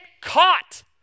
caught